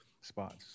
spots